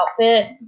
outfit